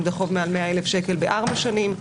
אם זה חוב מעל 100,000 שקלים בארבע שנים,